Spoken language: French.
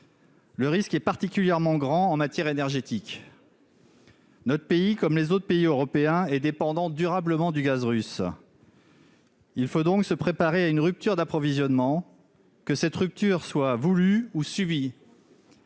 Le risque est particulièrement grand en matière énergétique. Notre pays comme les autres pays européens et dépendante durablement du gaz russe. Il faut donc se préparer à une rupture d'approvisionnement que cette rupture soit voulue ou subie.